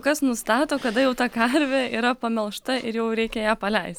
kas nustato kada jau ta karvė yra pamelžta ir jau reikia ją paleist